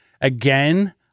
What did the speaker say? again